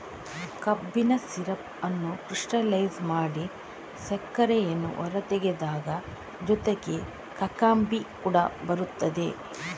ಕಬ್ಬಿನ ಸಿರಪ್ ಅನ್ನು ಕ್ರಿಸ್ಟಲೈಜ್ ಮಾಡಿ ಸಕ್ಕರೆಯನ್ನು ಹೊರತೆಗೆದಾಗ ಜೊತೆಗೆ ಕಾಕಂಬಿ ಕೂಡ ಬರುತ್ತದೆ